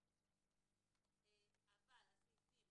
2019. אבל הסעיפים